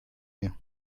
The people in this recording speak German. mir